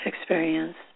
experience